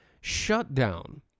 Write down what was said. shutdown